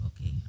Okay